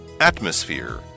Atmosphere